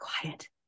quiet